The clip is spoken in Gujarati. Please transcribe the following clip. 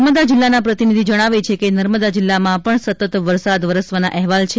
નર્મદા જિલ્લાના પ્રતિનિધિ જણાવે છે કે નર્મદા જિલ્લામાં પણ સતત વરસાદ વરસવાના અહેવાલ છે